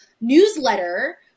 newsletter